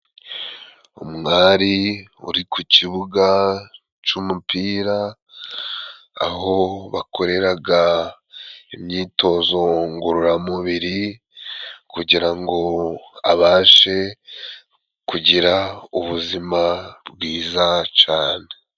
Umwari uri ku kibuga c'umupira, aho bakoreraga imyitozo ngororamubiri, kugira ngo abashe kugira ubuzima bwiza cane.